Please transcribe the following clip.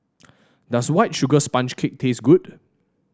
does White Sugar Sponge Cake taste good